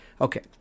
Okay